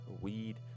weed